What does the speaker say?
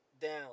down